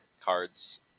cards